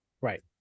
Right